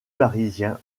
parisien